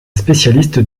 spécialiste